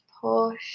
Push